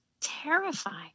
terrifying